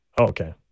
Okay